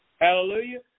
Hallelujah